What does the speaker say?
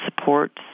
supports